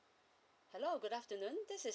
hello good afternoon this is